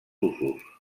usos